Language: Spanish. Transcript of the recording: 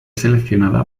seleccionada